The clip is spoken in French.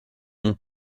mon